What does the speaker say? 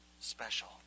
special